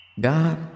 God